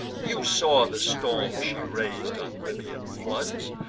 you saw the storm she rais'd on libyan floods,